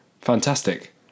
fantastic